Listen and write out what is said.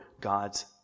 God's